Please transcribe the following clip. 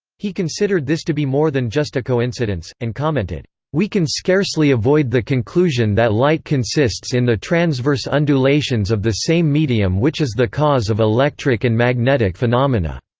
he considered this to be more than just a coincidence, and commented we can scarcely avoid the conclusion that light consists in the transverse undulations of the same medium which is the cause of electric and magnetic phenomena.